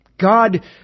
God